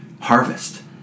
harvest